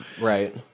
Right